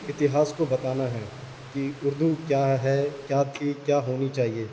اتہاس کو بتانا ہے کہ اردو کیا ہے کیا تھی کیا ہونی چاہیے